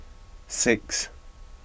six